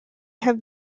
have